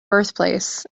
birthplace